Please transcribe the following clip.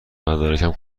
مدارکم